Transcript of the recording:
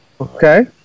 Okay